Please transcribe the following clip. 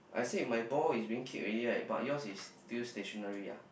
I say my ball is being kicked already right but yours is still stationary ah